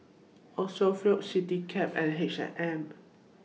All Sephora Citycab and H and M